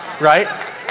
right